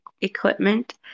equipment